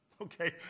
Okay